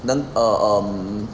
then err um